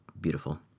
beautiful